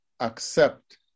accept